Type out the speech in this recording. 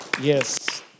Yes